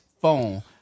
phone